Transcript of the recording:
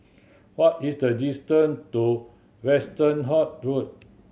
what is the distance to Westerhout Road